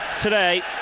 today